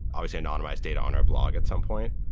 obviously, anonymized data on our blog at some point.